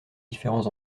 différents